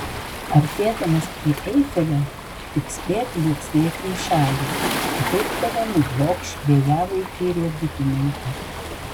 artėdamas prie eifelio tik spėk liuoksėti į šalį kitaip tave nublokš vėjavaikiai riedutininkai